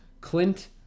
Clint